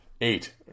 Eight